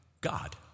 God